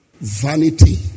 Vanity